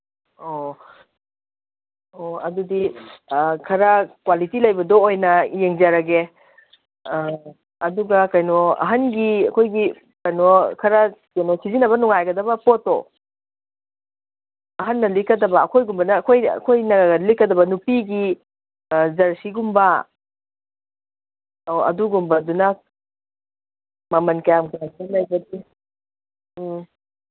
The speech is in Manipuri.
ꯑꯣ ꯑꯣ ꯑꯗꯨꯗꯤ ꯈꯔ ꯀ꯭ꯋꯥꯂꯤꯇꯤ ꯂꯩꯕꯗꯨ ꯑꯣꯏꯅ ꯌꯦꯡꯖꯔꯒꯦ ꯑꯗꯨꯒ ꯀꯩꯅꯣ ꯑꯍꯟꯒꯤ ꯑꯩꯈꯣꯏꯒꯤ ꯀꯩꯅꯣ ꯈꯔ ꯀꯩꯅꯣ ꯁꯤꯖꯤꯟꯅꯕ ꯅꯨꯡꯉꯥꯏꯒꯗꯕ ꯄꯣꯠꯇꯣ ꯑꯍꯟꯅ ꯂꯤꯠꯀꯗꯕ ꯑꯩꯈꯣꯏꯅ ꯂꯤꯠꯀꯗꯕ ꯅꯨꯄꯤꯒꯤ ꯖꯔꯁꯤꯒꯨꯝꯕ ꯑꯧ ꯑꯗꯨꯒꯨꯝꯕꯗꯨꯅ ꯃꯃꯟ ꯀꯌꯥ ꯀꯃꯥꯏꯅ ꯂꯩꯕꯒꯦ ꯑꯥ